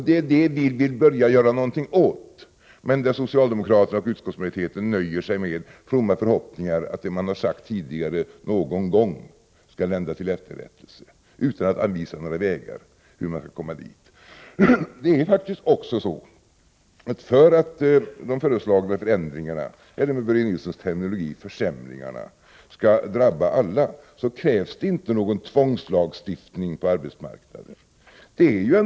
Det är det vi vill börja göra någonting åt, men socialdemokraterna och utskottsmajoriteten nöjer sig med fromma förhoppningar om att det man har sagt någon gång tidigare skall lända till efterrättelse — utan att anvisa några vägar för hur det skall gå till. Det är faktiskt också så, att det för att de föreslagna förändringarna — eller med Börje Nilssons terminologi försämringarna — skall drabba alla inte krävs någon tvångslagstiftning på arbetsmarknaden.